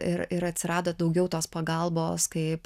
ir ir atsirado daugiau tos pagalbos kaip